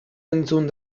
entzun